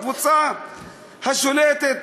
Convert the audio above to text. לקבוצה השולטת,